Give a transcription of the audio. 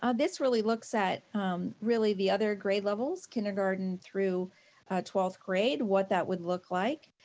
ah this really looks at really the other grade levels, kindergarten through twelfth grade, what that would look like.